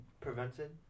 prevented